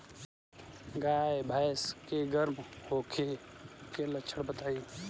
गाय भैंस के गर्म होखे के लक्षण बताई?